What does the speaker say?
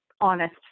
honest